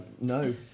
No